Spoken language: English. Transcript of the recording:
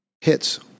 hits